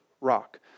rock